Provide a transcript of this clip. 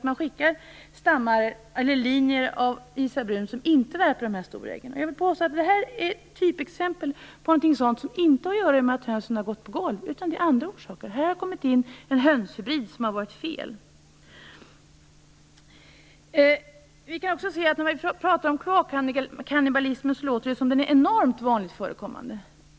Man skickar linjer av Jag vill påstå att det här inte är exempel på följder av att hönorna har gått på golv utan av att det har kommit in en hönshybrid som varit behäftad med fel. När det talas om kloakkannibalism låter det som om denna är enormt vanligt förekommande.